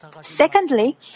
Secondly